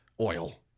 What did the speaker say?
oil